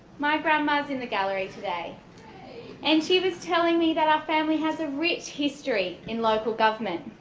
my grandma is in the gallery today and she was telling me that our family has a rich history in local government.